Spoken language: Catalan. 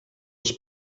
els